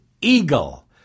eagle